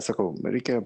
sakau reikia